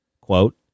quote